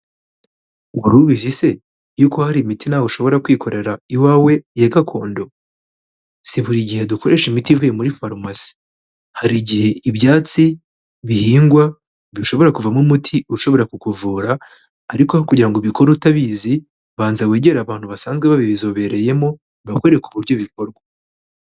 Wari ubizi se yuko hari imiti ushobora kwikorera iwawe ya gakondo? Si buri gihe dukoresha imiti ivuye muri farumasi. Hari igihe ibyatsi bihingwa bishobora kuvamo umuti ushobora kukuvura ariko aho kugira ngo ubikore utabizi, banza wegere abantu basanzwe babizobereyemo bakwereke uburyo bikorwa.